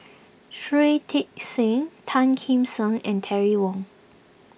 Shui Tit Sing Tan Kim Seng and Terry Wong